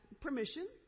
permission